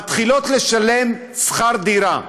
ומתחילות לשלם שכר דירה.